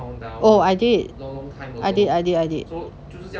oh I did I did I did I did